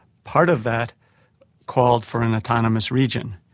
part of that called for an autonomous region,